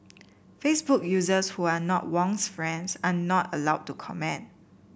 Facebook users who are not Wong's friends are not allowed to comment